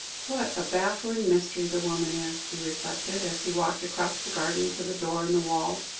what a baffling mystery the woman is, he reflected, as he walked across the garden to the door in the wall.